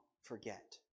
forget